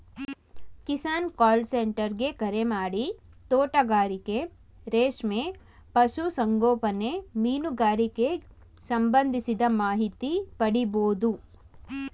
Kisan call centre ಗೆ ಕರೆಮಾಡಿ ತೋಟಗಾರಿಕೆ ರೇಷ್ಮೆ ಪಶು ಸಂಗೋಪನೆ ಮೀನುಗಾರಿಕೆಗ್ ಸಂಬಂಧಿಸಿದ ಮಾಹಿತಿ ಪಡಿಬೋದು